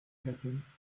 happens